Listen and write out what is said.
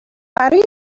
برای